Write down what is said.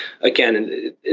again